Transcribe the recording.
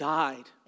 died